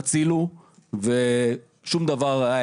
ושום דבר.